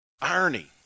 Irony